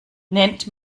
nennt